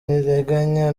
ntirenganya